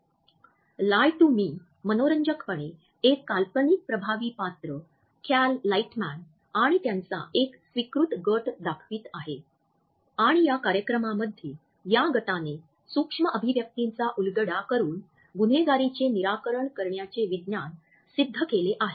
'lie to me' मनोरंजकपणे एक काल्पनिक प्रभावी पात्र कॅल लाइटमॅन आणि त्यांचा एक स्वीकृत गट दाखवित आहे आणि या कार्यक्रमामध्ये या गटाने सूक्ष्म अभिव्यक्तींचा उलगडा करुन गुन्हेगारीचे निराकरण करण्याचे विज्ञान सिद्ध केले आहे